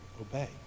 obey